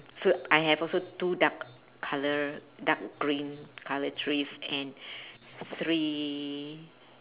so I have also two dark colour dark green colour trees and three